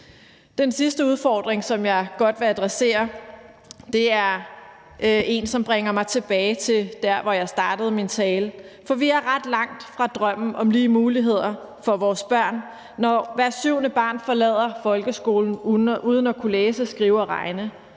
Den sidste udfordring, som jeg godt vil adressere, er en, som bringer mig tilbage til der, hvor jeg startede min tale, for vi er ret langt fra drømmen om lige muligheder for vores børn, når hvert syvende barn forlader folkeskolen uden at kunne læse, skrive og regne.